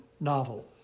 novel